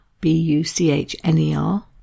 B-U-C-H-N-E-R